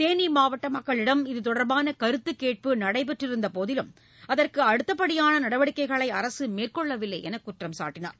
தேனி மாவட்ட மக்களிடம் இதுதொடர்பான கருத்துக்கேட்பு நடைபெற்றிருந்தபோதிலும் அதற்கு அடுத்தபடியான நடவடிக்கைகளை அரசு மேற்கொள்ளவில்லை என்று குற்றம்சாட்டினார்